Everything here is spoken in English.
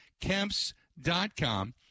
KEMPS.com